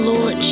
Lord